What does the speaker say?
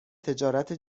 تجارت